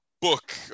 Book